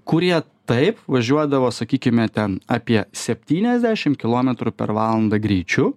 kurie taip važiuodavo sakykime ten apie septyniasdešimt kilometrų per valandą greičiu